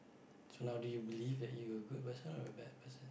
so now do you believe that you a good person or bad person